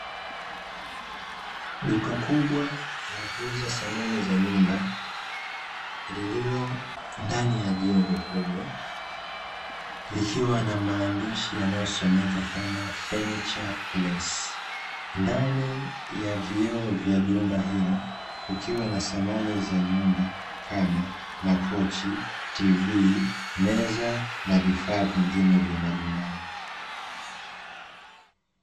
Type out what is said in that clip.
Duka kubwa la kuuza samani za nyumba lililo ndani ya jengo kubwa, likiwa na maandishi yanayosomeka kama "Furniture place", ndani ya vioo vya jumba hilo kukiwa na samani za nyumba kama: makochi, tv, meza na vifaa vingine vya majumbani.